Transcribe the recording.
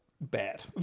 bad